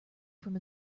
from